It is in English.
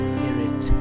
Spirit